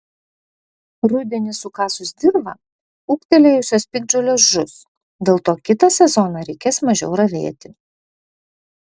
rudenį sukasus dirvą ūgtelėjusios piktžolės žus dėl to kitą sezoną reikės mažiau ravėti